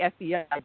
FBI